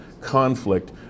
conflict